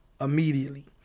immediately